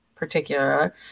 particular